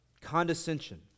condescension